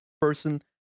person